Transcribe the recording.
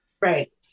right